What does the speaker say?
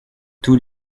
tous